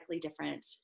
different